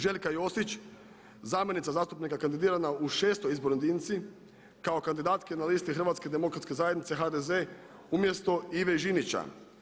Željka Josić zamjenica zastupnika kandidirana u šestoj izbornoj jedinici kao kandidatkinja na listi Hrvatske demokratske zajednice HDZ umjesto Ive Žinića.